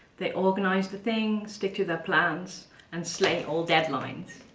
they organise the thing, stick to their plans and slay all deadlines.